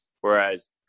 Whereas